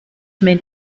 meant